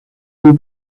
you